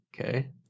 Okay